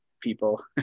people